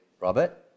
Robert